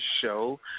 show